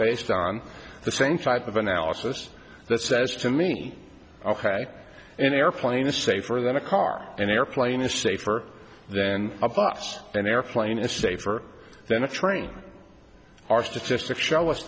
based on the same type of analysis that says to me ok an airplane is safer than a car an airplane is safer then ups an airplane is safer than a train our statistics show us